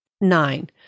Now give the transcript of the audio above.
Nine